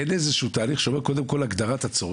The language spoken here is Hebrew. אין איזשהו תהליך של קודם כל הגדרת הצורך,